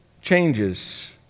changes